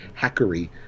hackery